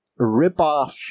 ripoff